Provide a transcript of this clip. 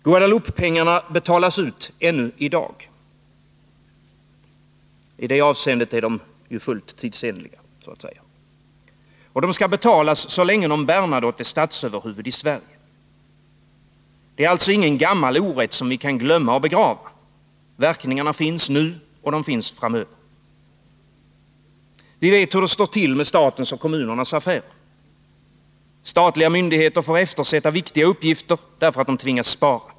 Guadeloupepengarna betalas ut ännu i dag — i det avseendet är de så att säga fullt tidsenliga. De skall betalas så länge någon Bernadotte är statsöverhuvud i Sverige. Det är alltså ingen gammal orätt, som vi kan glömma och begrava. Verkningarna finns nu, och de finns framöver. Vi vet hur det står till med statens och kommunernas affärer. Statliga myndigheter får eftersätta viktiga uppgifter därför att de tvingas spara.